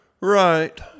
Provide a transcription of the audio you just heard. Right